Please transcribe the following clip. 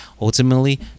ultimately